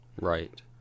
Right